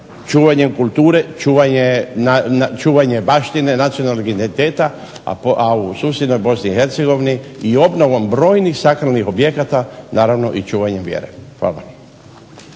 čuvanjem kulture čuvanje baštine nacionalnog identiteta, a u susjednoj BiH i obnovom brojnih sakralnih objekata, naravno i čuvanje vjere. Hvala.